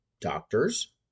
doctors